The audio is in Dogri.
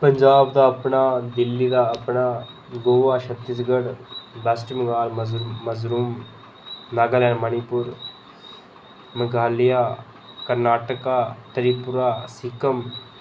पंजाब दा अपना दिल्ली दा अपना गोवा छत्तीसगढ़ वेस्ट बंगाल मिजोरम नागालैंड मणिपुर मेघालय कर्णाटका त्रिपुरा सिक्किम